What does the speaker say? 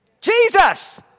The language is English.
Jesus